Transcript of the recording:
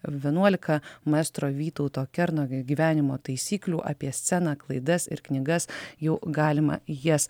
vienuolika maestro vytauto kernagio gyvenimo taisyklių apie sceną klaidas ir knygas jau galima jas